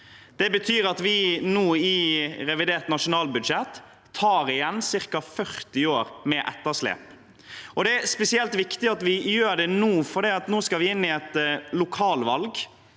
Det betyr at vi nå i revidert nasjonalbudsjett tar igjen ca. 40 år med etterslep. Det er spesielt viktig at vi gjør det nå, for vi skal inn i et lokalvalg,